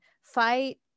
fight